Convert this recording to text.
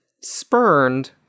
spurned